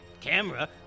camera